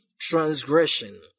transgression